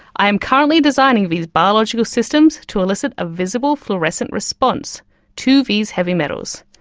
i am currently designing these biological systems to elicit a visible fluorescent response to these heavy metals.